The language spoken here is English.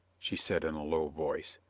she said in a low voice.